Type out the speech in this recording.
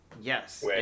Yes